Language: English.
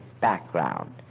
background